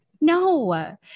No